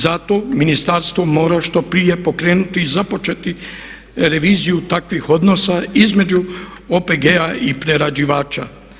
Zato ministarstvo mora što prije pokrenuti započetu revizija takvih odnosa između OPG-a i prerađivača.